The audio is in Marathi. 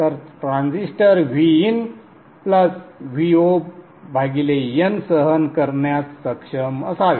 तर ट्रान्झिस्टर VinVon सहन करण्यास सक्षम असावे